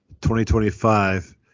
2025